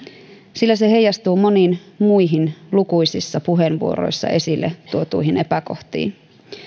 sillä se heijastuu moniin muihin lukuisissa puheenvuoroissa esille tuotuihin epäkohtiin